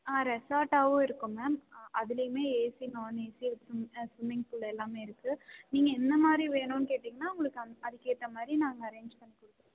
ஆ ரெஸ்ஸார்ட்டாகவும் இருக்கும் மேம் ஆ அதுலேயுமே ஏசி நான்ஏசி ஸ்ம் ஆ ஸ்விமிங் ஃபூலு எல்லாமே இருக்கு நீங்கள் என்னமாதிரி வேணுன்னு கேட்டிங்கனா உங்களுக்கு அந்த அதுக்கு ஏற்ற மாதிரி நாங்கள் அரேஞ்ச் பண்ணி கொடுத்துருவோம்